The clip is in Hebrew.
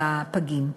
בפגים.